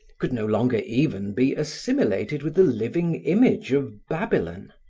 could no longer even be assimilated with the living image of babylon,